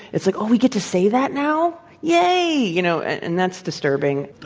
it's like, oh, we get to say that now? yay! you know, and that's disturbing.